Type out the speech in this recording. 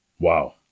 Wow